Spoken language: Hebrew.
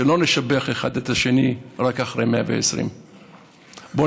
שלא נשבח אחד את השני רק אחרי 120. בואו